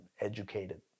educated